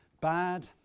Bad